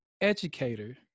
educator